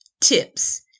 tips